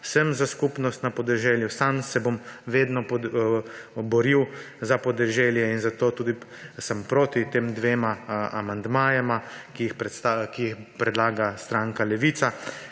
sem za skupnost na podeželju, sam se bom vedno boril za podeželje, zato sem tudi proti tema dvema amandmajema, ki ju predlaga stranka Levica.